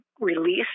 release